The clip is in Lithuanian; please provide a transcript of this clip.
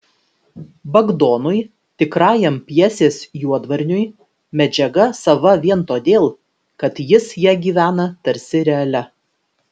bagdonui tikrajam pjesės juodvarniui medžiaga sava vien todėl kad jis ja gyvena tarsi realia